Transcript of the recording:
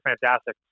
fantastic